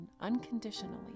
unconditionally